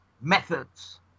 methods